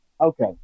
Okay